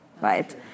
right